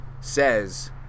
says